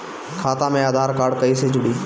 खाता मे आधार कार्ड कईसे जुड़ि?